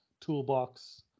toolbox